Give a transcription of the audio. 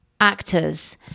actors